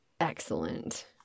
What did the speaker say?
Excellent